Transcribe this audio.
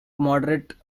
moderate